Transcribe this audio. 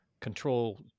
control